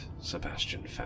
Sebastian